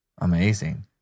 Amazing